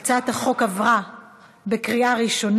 להעביר את הצעת חוק הגנת הצרכן (תיקון מס' 62)